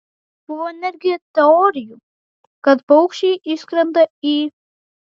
buvo netgi teorijų kad paukščiai išskrenda į